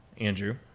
Andrew